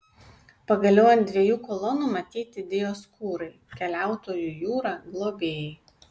pagaliau ant dviejų kolonų matyti dioskūrai keliautojų jūra globėjai